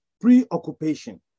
preoccupation